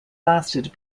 lasted